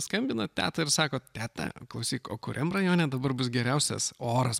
skambinat tetai ir sakot teta klausyk o kuriam rajone dabar bus geriausias oras